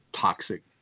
toxic